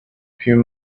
few